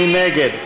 מי נגד?